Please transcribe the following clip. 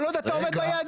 כל עוד אתה עומד ביעדים.